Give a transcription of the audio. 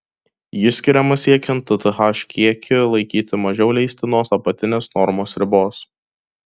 ji skiriama siekiant tth kiekį laikyti mažiau leistinos apatinės normos ribos